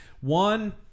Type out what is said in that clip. one